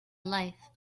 life